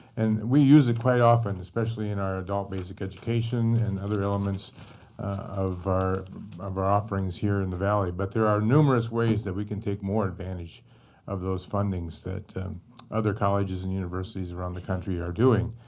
and we use it quite often, especially in our adult basic education and other elements of our of our offerings here in the valley. but there are numerous ways that we can take more advantage of those fundings that and other colleges and universities around the country are doing.